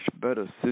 better